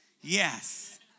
yes